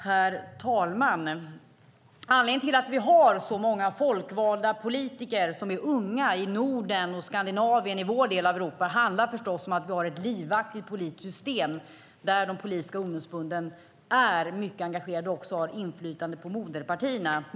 Herr talman! Anledningen till att vi har så många folkvalda politiker som är unga i Norden och Skandinavien, i vår del av Europa, är förstås att vi har ett livaktigt politiskt system där de politiska ungdomsförbunden är mycket engagerade och också har inflytande på moderpartierna.